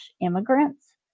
immigrants